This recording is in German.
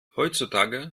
heutzutage